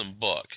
book